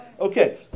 Okay